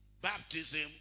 Baptism